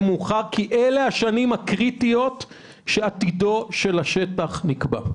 מאוחר כי אלה השנים הקריטיות שעתידו של השטח נקבע.